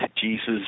Jesus